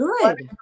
good